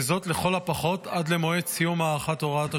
וזאת לכל הפחות עד למועד סיום הארכת הוראת השעה.